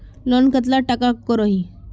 Loan कतला टाका करोही?